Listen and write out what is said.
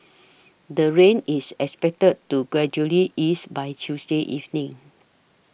the rain is expected to gradually ease by Tuesday evening